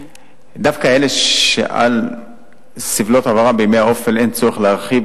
דווקא אלה שעל סבלות עברם בימי האופל אין צורך להרחיב,